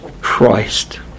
Christ